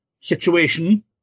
Situation